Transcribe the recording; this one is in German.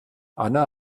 anna